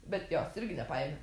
bet jos irgi nepaėmė